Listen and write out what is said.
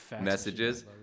messages